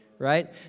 right